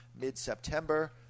mid-September